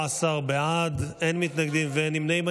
17 בעד, אין מתנגדים, אין נמנעים.